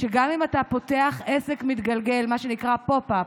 שגם אם אתה פותח עסק מתגלגל, מה שנקרא Pop-up,